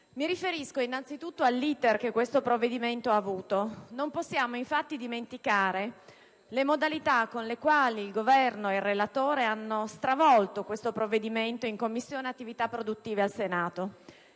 Mi riferisco innanzitutto all'*iter* che il provvedimento in esame ha avuto. Non possiamo infatti dimenticare le modalità con le quali il Governo e il relatore hanno stravolto il provvedimento in Commissione industria al Senato.